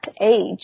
age